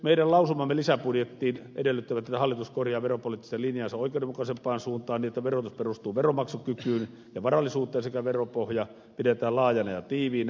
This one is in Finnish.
meidän lausumamme lisäbudjettiin edellyttävät että hallitus korjaa veropoliittista linjaansa oikeudenmukaisempaan suuntaan niin että verotus perustuu veronmaksukykyyn ja varallisuuteen sekä veropohja pidetään laajana ja tiiviinä